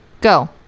Go